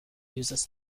uses